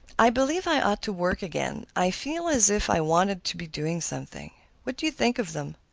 i believe i ought to work again. i feel as if i wanted to be doing something. what do you think of them?